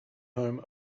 home